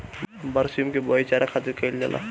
बरसीम के बोआई चारा खातिर कईल जाला